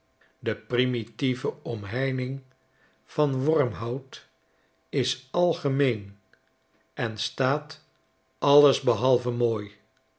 de primitieve omheining van wormhout is algemeen en staat alles behalve mooi